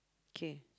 k